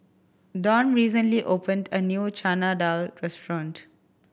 Don recently opened a new Chana Dal restaurant